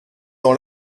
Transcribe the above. dans